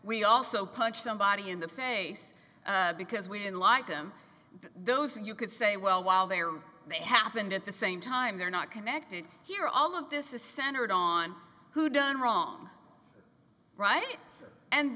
we also punch somebody in the face because we didn't like them those and you could say well while they are they happened at the same time they're not connected here all of this is centered on who done wrong right and